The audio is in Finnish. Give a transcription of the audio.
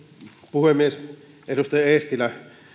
puhemies edustaja eestilä